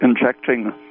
injecting